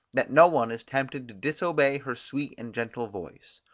that no one is tempted to disobey her sweet and gentle voice